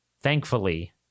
Thankfully